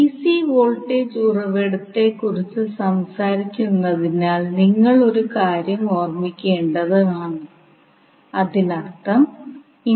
ചിത്രത്തിൽ നമ്മൾ കാണുന്ന 1H ഇൻഡക്റ്ററിനെ ഫ്രീക്വൻസി ഡൊമെയ്നിലേക്ക് പരിവർത്തനം ചെയ്യും